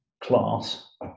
class